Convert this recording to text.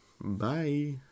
Bye